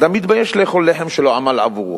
אדם מתבייש לאכול לחם שלא עמל עבורו.